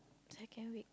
second week